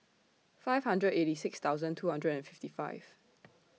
five hundred eighty six thousand two hundred and fifty five